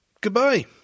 goodbye